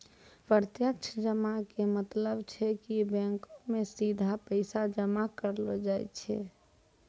प्रत्यक्ष जमा के मतलब छै कि बैंको मे सीधा पैसा जमा करलो जाय छै